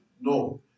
no